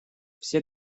все